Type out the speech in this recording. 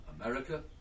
America